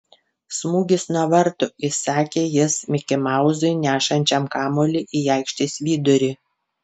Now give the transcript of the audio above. smūgis nuo vartų įsakė jis mikimauzui nešančiam kamuolį į aikštės vidurį